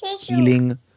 healing